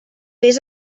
vés